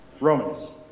Romans